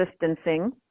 distancing